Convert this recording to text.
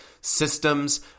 systems